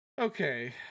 Okay